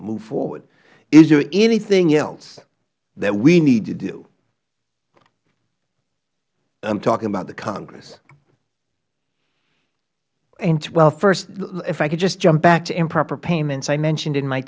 move forward is there anything else that we need to do i am talking about the congress mister werfel well first if i could just jump back to improper payments i mentioned in my